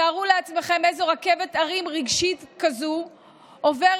תארו לעצמכם איזו רכבת הרים רגשית כזאת עובר